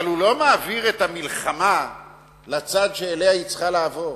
אבל הוא לא מעביר את המלחמה לצד שאליו היא צריכה לעבור.